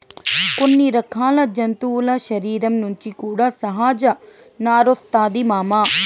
కొన్ని రకాల జంతువుల శరీరం నుంచి కూడా సహజ నారొస్తాది మామ